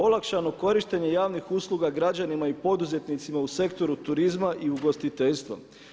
Olakšano korištenje javnih usluga građanima i poduzetnicima u sektoru turizma i ugostiteljstva.